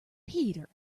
peter